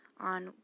On